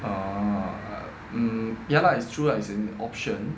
oh uh mm ya lah it's true lah is an option